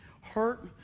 hurt